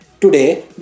Today